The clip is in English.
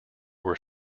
were